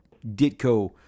Ditko